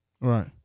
Right